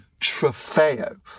Trofeo